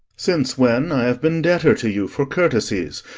since when i have been debtor to you for courtesies,